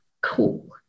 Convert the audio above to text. cool